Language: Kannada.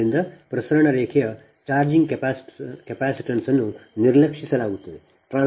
ಆದ್ದರಿಂದ ಪ್ರಸರಣ ರೇಖೆಯ ಚಾರ್ಜಿಂಗ್ ಕೆಪಾಸಿಟನ್ಸ್ ಅನ್ನು ನಿರ್ಲಕ್ಷಿಸಲಾಗುತ್ತದೆ